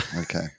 Okay